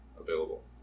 available